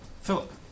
Philip